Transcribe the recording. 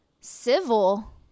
civil